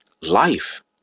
life